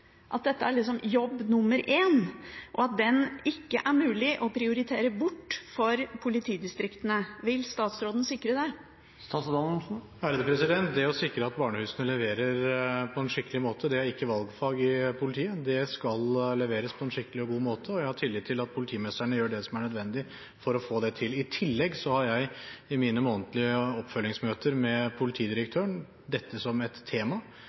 at dette er jobb nr. 1, og at den ikke er mulig å prioritere bort for politidistriktene. Vil statsråden sikre det? Det å sikre at barnehusene leverer på en skikkelig måte, er ikke valgfag i politiet. Det skal leveres på en skikkelig og god måte, og jeg har tillit til at politimestrene gjør det som er nødvendig for å få det til. I tillegg har jeg i mine månedlige oppfølgingsmøter med politidirektøren dette som et tema,